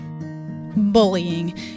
Bullying